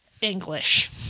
English